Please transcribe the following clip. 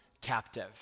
captive